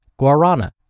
guarana